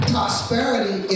Prosperity